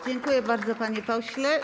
Dziękuję bardzo, panie pośle.